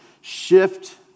shift